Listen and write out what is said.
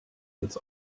als